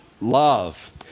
love